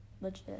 legit